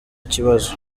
kibazo